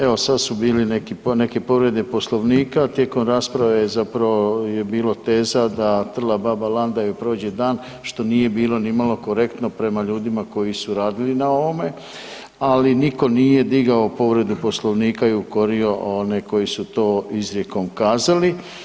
Evo sad su bile neke povrede poslovnika, a tijekom rasprave je zapravo bilo teza da trla baba lan da joj prođe dan, što nije bilo nimalo korektno prema ljudima koji su radili na ovome, ali niko nije digao povredu poslovnika i ukorio one koji su to izrijekom kazali.